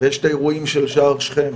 ויש את האירועים של שער שכם.